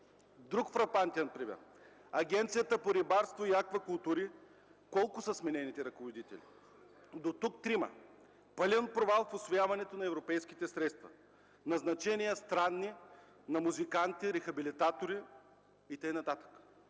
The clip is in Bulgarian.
Друг фрапантен пример. На Агенцията по рибарство и аквакултури колко са сменените ръководители? Дотук – трима. Пълен провал в усвояването на европейските средства! Назначения странни – на музиканти, рехабилитатори и така